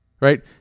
right